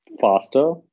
faster